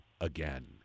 again